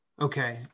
okay